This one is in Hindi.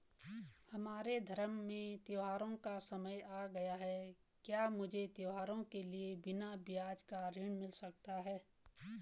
हमारे धर्म में त्योंहारो का समय आ गया है क्या मुझे त्योहारों के लिए बिना ब्याज का ऋण मिल सकता है?